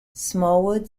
smallwood